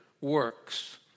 works